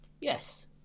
Yes